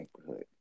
neighborhood